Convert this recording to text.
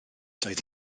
doedd